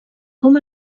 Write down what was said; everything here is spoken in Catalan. com